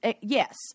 Yes